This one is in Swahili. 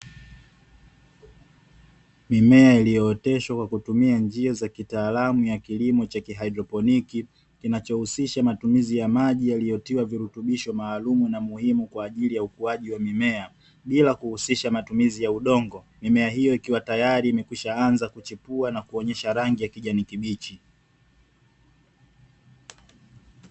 Mimea iliyooteshwa kwa kutumia njia za kitaalamu ya kilimo cha kihaidroponiki, kinachohusisha matumizi ya maji yaliyotiwa virutubisho maalumu na muhimu kwa ajili ya ukuaji wa mimea, bila kuhusisha matumizi ya udongo. Mimea hiyo ikiwa tayari imekwishaanza kuchipua na kuonyesha rangi ya kijani kibichi.